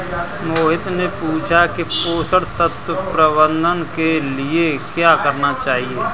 मोहित ने पूछा कि पोषण तत्व प्रबंधन के लिए क्या करना चाहिए?